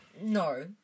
no